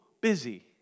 busy